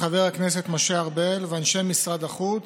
חבר הכנסת משה ארבל ואנשי משרד החוץ.